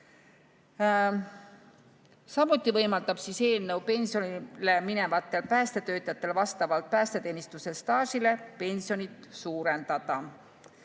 Samuti võimaldab eelnõu pensionile minevatel päästetöötajatel vastavalt päästeteenistuse staažile pensionit suurendada.